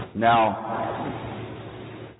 Now